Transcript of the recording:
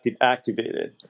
activated